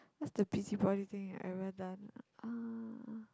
what's the busybody thing I ever done uh